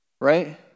Right